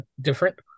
different